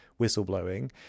whistleblowing